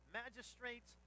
magistrates